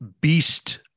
beast